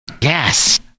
Yes